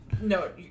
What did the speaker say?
No